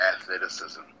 athleticism